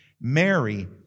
Mary